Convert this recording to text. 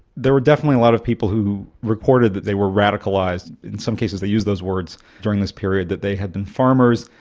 there were definitely a lot of people who recorded that they were radicalised, in some cases they used those words, during this period, that they had been farmers,